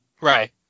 Right